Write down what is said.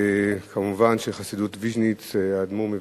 כמובן, חסידות ויז'ניץ, האדמו"ר מוויז'ניץ,